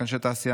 אנשי תעשייה,